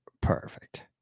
Perfect